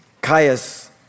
Caius